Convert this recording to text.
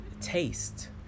taste